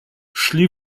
szli